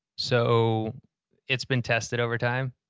so it's been tested over time.